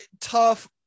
tough